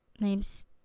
names